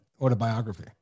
autobiography